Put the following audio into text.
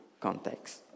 context